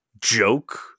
joke